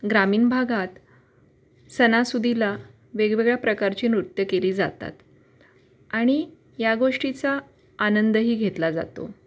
ग्रामीण भागात सणासुदीला वेगवेगळ्या प्रकारची नृत्यं केली जातात आणि या गोष्टीचा आनंदही घेतला जातो